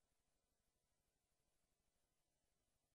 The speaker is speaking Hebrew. בשעה בשעה 16:00.